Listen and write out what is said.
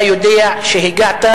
אתה יודע שהגעת,